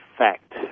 fact